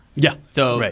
yeah. so right.